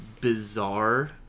bizarre